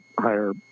higher